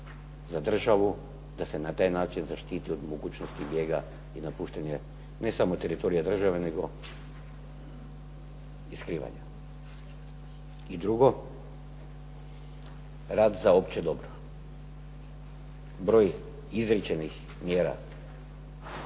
za državu da se na taj način zaštiti od mogućnosti bijega i napuštanje ne samo teritorija države nego i skrivanja. I drugo, rad za opće dobro. Broj izrečenih mjera